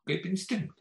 kaip instinktą